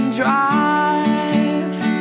drive